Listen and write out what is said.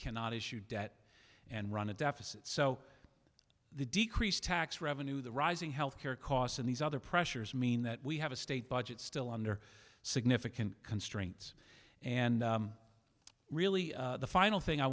cannot issue debt and run a deficit so the decrease tax revenue the rising healthcare costs and these other pressures mean that we have a state budget still under significant constraints and really the final thing i